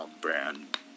brand